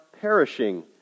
perishing